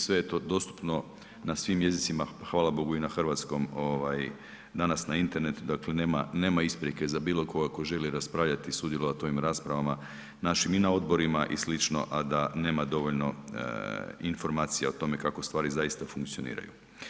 Sve je to dostupno na svim jezicima, hvala bogu i na hrvatskom ovaj danas na internetu, dakle nema, nema isprike za bilo koga tko želi raspravljati i sudjelovati na ovim raspravama našim i na odborima i sl., a da nema dovoljno informacija o tome kako stvari zaista funkcioniraju.